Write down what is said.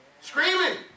screaming